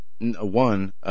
one